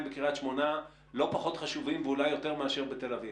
בקריית שמונה לא פחות חשובים ואולי יותר מאשר בתל אביב.